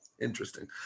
interesting